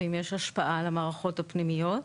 ואם יש השפעה על המערכות הפנימיות.